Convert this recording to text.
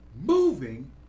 moving